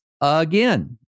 again